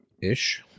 ish